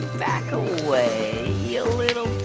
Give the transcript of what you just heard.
back away a little